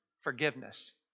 forgiveness